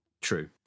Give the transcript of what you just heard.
true